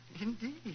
Indeed